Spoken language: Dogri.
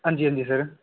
हां जी हां जी सर